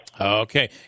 Okay